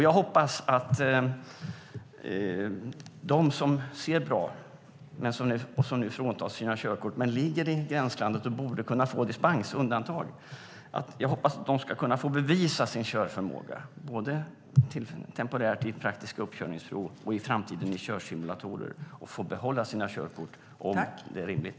Jag hoppas att de människor som ser bra och som nu fråntas sina körkort men ligger i gränslandet och borde få dispens ska kunna bevisa sin körförmåga både temporärt i praktiska uppkörningsprov och i framtiden i körsimulatorer och få behålla sina körkort, om det är rimligt.